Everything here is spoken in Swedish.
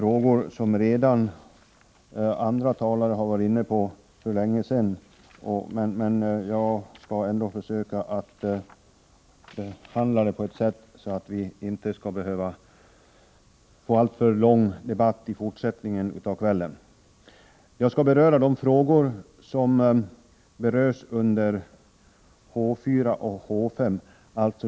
Herr talman! Debatten blir litet ryckig, och kanske förvirrad, eftersom jag kommer att behandla frågor som andra talare för länge sedan har varit inne på. Jag skall emellertid försöka undvika att bidra till att debatten blir alltför lång i kväll. Jag skall beröra de frågor som tas upp under H 4 och H 5.